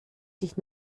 sich